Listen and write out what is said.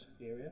area